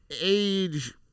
age